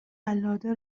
قلاده